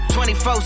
24